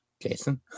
Jason